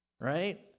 right